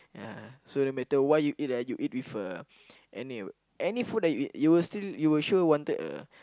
yeah so no matter what you eat ah you with uh any any food that you eat you will still you will sure wanted a